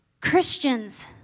Christians